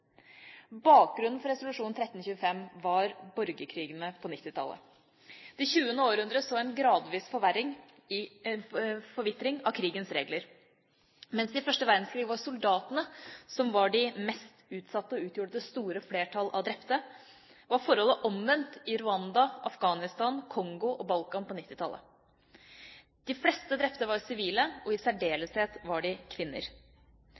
Bakgrunnen for resolusjon 1325 var borgerkrigene på 1990-tallet. I det 20. århundre så vi en gradvis forvitring av krigens regler. Mens det i første verdenskrig var soldatene som var de mest utsatte, og utgjorde det store flertallet av drepte, var forholdet omvendt i Rwanda, i Afghanistan, i Kongo og på Balkan på 1990-tallet. De fleste drepte var sivile, og i særdeleshet var de kvinner.